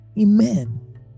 amen